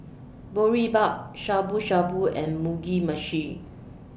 Boribap Shabu Shabu and Mugi Meshi